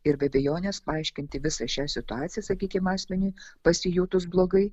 ir be abejonės paaiškinti visą šią situaciją sakykim asmeniui pasijutus blogai